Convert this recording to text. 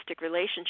relationship